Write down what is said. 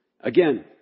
Again